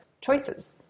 choices